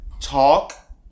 Talk